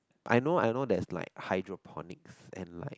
I know I know there's like hydroponics and like